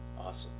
Awesome